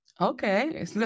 Okay